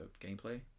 gameplay